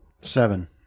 Seven